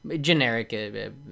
generic